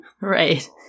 Right